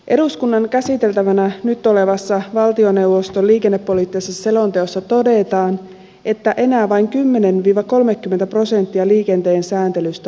eduskunnan käsiteltävänä nyt olevassa valtioneuvoston liikennepoliittisessa selonteossa todetaan että enää vain kymmenen pira kolmekymmentä prosenttia liikenteen sääntelystä